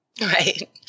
Right